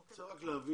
אני רוצה להבין.